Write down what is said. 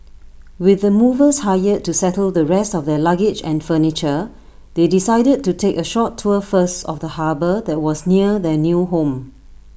with the movers hired to settle the rest of their luggage and furniture they decided to take A short tour first of the harbour that was near their new home